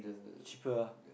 cheaper ah